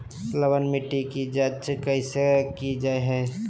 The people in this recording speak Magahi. लवन मिट्टी की जच कैसे की जय है?